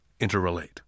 interrelate